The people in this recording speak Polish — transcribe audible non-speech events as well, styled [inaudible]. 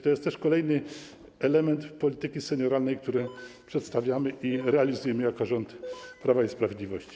To jest też kolejny element polityki senioralnej, który przedstawiamy [noise] i realizujemy jako rząd Prawa i Sprawiedliwości.